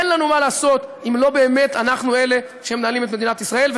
אין לנו מה לעשות אם לא באמת אנחנו אלה שמנהלים את מדינת ישראל.